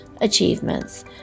achievements